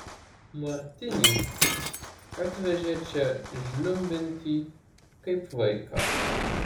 martinį atvežė čia žliumbiantį kaip vaiką